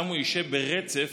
ושם הוא ישב ברצף